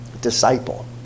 Disciple